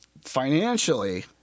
financially